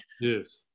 yes